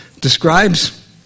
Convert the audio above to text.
describes